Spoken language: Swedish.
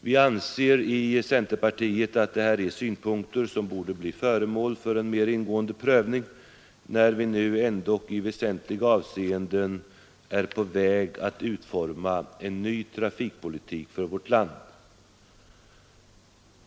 Vi i centerpartiet anser att detta är synpunkter som borde bli föremål för en mer ingående prövning när vi nu ändock i väsentliga avseenden är på väg att utforma en ny trafikpolitik för vårt land.